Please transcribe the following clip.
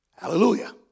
Hallelujah